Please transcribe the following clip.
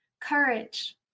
courage